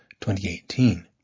2018